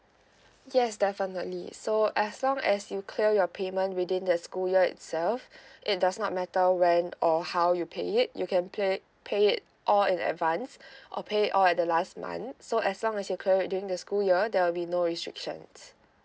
yes definitely so as long as you clear your payment within the school year itself it does not matter when or how you pay it you can pay pay it all in advance or pay it all at the last month so as long as you clear it during the school year there will be no restrictions